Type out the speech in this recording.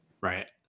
right